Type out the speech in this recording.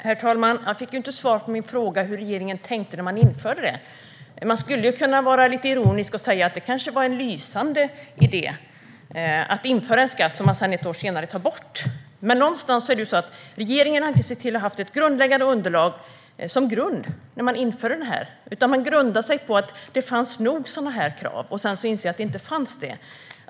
Herr talman! Jag fick inte svar på min fråga hur regeringen tänkte när man införde detta. Man skulle kunna vara lite ironisk och säga att det kanske var en lysande idé att införa en skatt som man ett år senare tar bort. Regeringen har inte sett till att ha ett grundläggande underlag som grund när man införde det här, utan man grundade sig på att det nog fanns sådana här krav. Sedan insåg man att det inte fanns det.